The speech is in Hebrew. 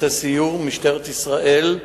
לקבל פטור ממע"מ בישראל.